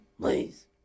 please